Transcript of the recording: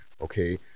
okay